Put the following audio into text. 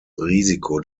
risiko